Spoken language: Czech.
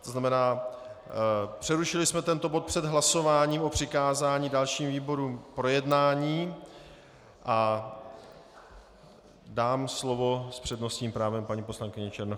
To znamená, přerušili jsme tento bod před hlasováním o přikázání dalším výborům k projednání a dám slovo s přednostním právem paní poslankyni Černochové.